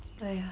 !haiya!